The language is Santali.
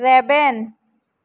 ᱨᱮᱵᱮᱱ